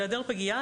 בהיעדר פגייה,